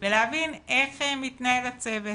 ולהבין איך מתנהל הצוות,